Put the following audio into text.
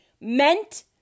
meant